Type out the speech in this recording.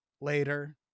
later